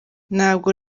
ntabwo